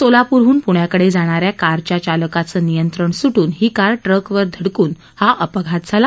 सोलापूरहून पुण्याकडे जाणाऱ्या कारच्या चालकाचं नियंत्रण सुटून ही कार ट्रकवर धडकून हा अपघात झाला